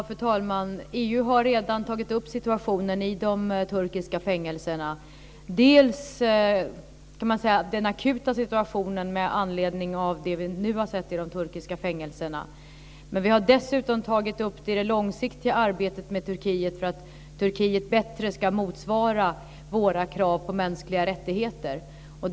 Fru talman! EU har redan tagit upp situationen i de turkiska fängelserna. Dels gäller det den akuta situationen med anledning av det vi nu har sett i de turkiska fängelserna, dels är det det långsiktiga arbetet med Turkiet för att Turkiet bättre ska motsvara våra krav på mänskliga rättigheter.